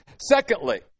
Secondly